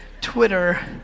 Twitter